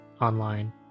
online